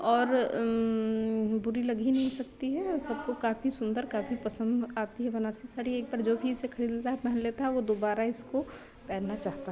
और बुरी लग ही नहीं सकती है सबको काफी सुन्दर काफी पसन्द आती है बनारसी साड़ी एक बार जो भी इसे खरीद लेता है पहन लेता है वह दुबारा इसको पहनना चाहता है